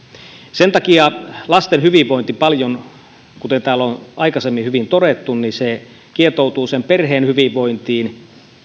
sen takia lasten hyvinvointi kuten täällä on aikaisemmin hyvin todettu kietoutuu paljon sen perheen hyvinvointiin